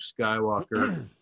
Skywalker